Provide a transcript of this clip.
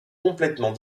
complètement